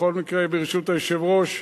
בכל מקרה, ברשות היושב-ראש,